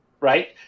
right